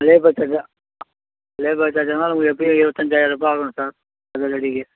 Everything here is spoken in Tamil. லேபர் சார்ஜா லேபர் சார்ஜ் ஆனாலும் உங்களுக்கு எப்படியும் இருபத்தஞ்சாயிர்ருபா ஆகும் சார் அடிக்க